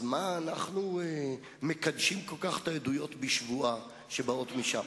אז מה אנחנו מקדשים כל כך את העדויות בשבועה שבאות משם?